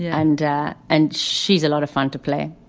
and and she's a lot of fun to play